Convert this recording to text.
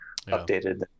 updated